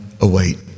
await